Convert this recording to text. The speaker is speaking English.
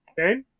Okay